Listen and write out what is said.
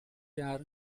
jaar